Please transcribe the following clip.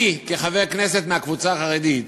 אני, כחבר כנסת מהקבוצה החרדית,